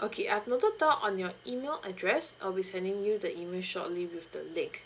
okay I've noted down on your email address I'll be sending you the email shortly with the link